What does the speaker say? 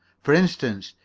for instance,